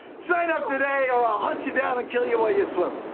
sign up today or i'll hunt you down and kill you while you swim.